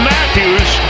Matthews